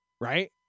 Right